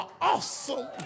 awesome